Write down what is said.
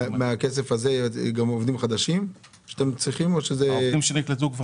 עובדים שנקלטו כבר